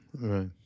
Right